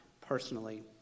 personally